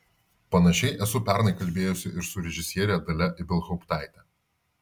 panašiai esu pernai kalbėjusi ir su režisiere dalia ibelhauptaite